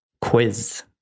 quiz